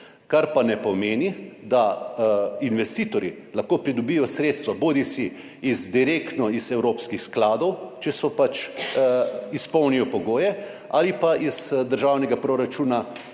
Kar pa ne pomeni, da investitorji ne morejo pridobiti sredstev bodisi direktno iz evropskih skladov, če so izpolnili pogoje, bodisi iz državnega proračuna,